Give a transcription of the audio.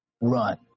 Run